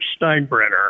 Steinbrenner